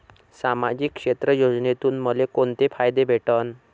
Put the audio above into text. सामाजिक क्षेत्र योजनेतून मले कोंते फायदे भेटन?